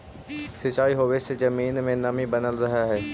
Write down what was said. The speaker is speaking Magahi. सिंचाई होवे से जमीन में नमी बनल रहऽ हइ